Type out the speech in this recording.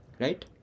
right